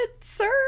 sir